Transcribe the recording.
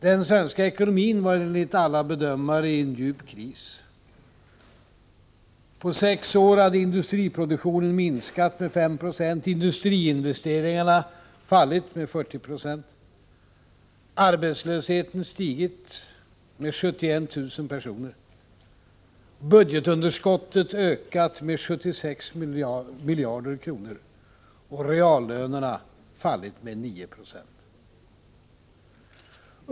Den svenska ekonomin befann sig enligt alla bedömare i en djup kris. På sex år hade industriproduktionen minskat med 5 26, industriinvesteringarna fallit med 40 96, arbetslösheten ökat med 71 000 personer, budgetunderskottet vuxit med 76 miljarder kronor och reallönerna fallit med 9 96.